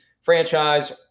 franchise